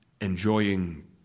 enjoying